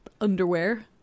underwear